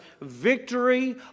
victory